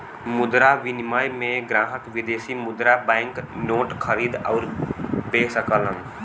मुद्रा विनिमय में ग्राहक विदेशी मुद्रा बैंक नोट खरीद आउर बे सकलन